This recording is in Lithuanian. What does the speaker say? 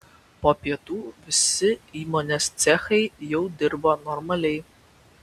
po pietų visi įmonės cechai jau dirbo normaliai